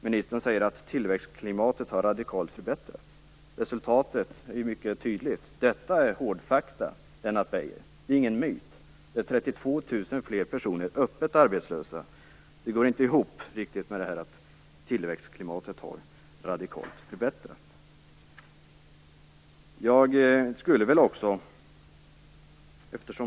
Ministern säger att tillväxtklimatet radikalt har förbättrats. Resultatet är mycket tydligt. Detta är hårdfakta, Lennart Beijer. Det är ingen myt. Det är 32 000 fler personer öppet arbetslösa. Det går inte riktigt ihop med att tillväxtklimatet radikalt har förbättrats.